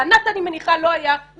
לענת אני מניחה לא היה,